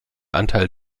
anteil